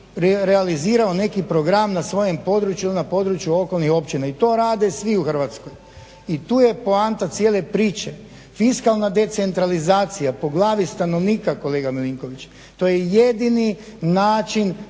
realizirao neki program na svojem području, na području okolnih općina, i to rade svi u Hrvatskoj, i tu je poanta cijele priče. Fiskalna decentralizacija po glavi stanovnika kolega Milinković, to je jedini način